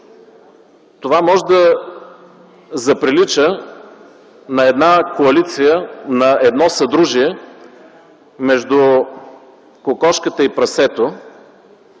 това може да заприлича на една коалиция, на едно съдружие между кокошката и прасето